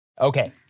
Okay